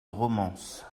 romances